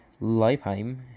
Leipheim